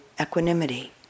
equanimity